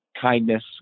kindness